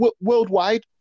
worldwide